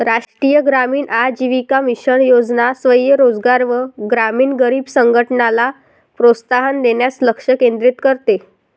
राष्ट्रीय ग्रामीण आजीविका मिशन योजना स्वयं रोजगार व ग्रामीण गरीब संघटनला प्रोत्साहन देण्यास लक्ष केंद्रित करते